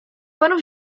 pan